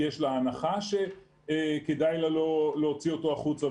כי יש לה הנחה שכדאי לה לא להוציא אותו החוצה,